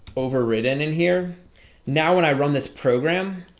overridden in here now when i run this program